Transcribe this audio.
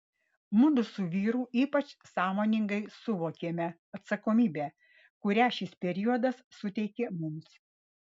mudu su vyru ypač sąmoningai suvokėme atsakomybę kurią šis periodas suteikė mums